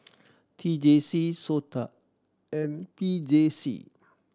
T J C SOTA and P J C